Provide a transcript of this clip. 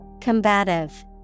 Combative